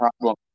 problem